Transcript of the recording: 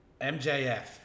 MJF